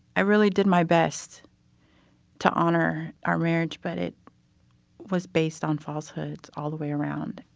i really did my best to honor our marriage, but it was based on falsehoods all the way around.